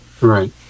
right